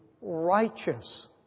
righteous